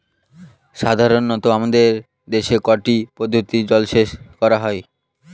সাধারনত আমাদের দেশে কয়টি পদ্ধতিতে জলসেচ করা হয়?